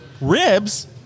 Ribs